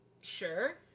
Sure